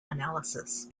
analyses